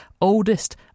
oldest